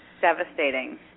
devastating